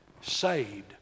saved